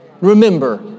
Remember